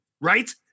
Right